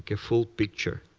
a full picture.